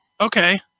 Okay